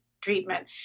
treatment